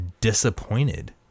disappointed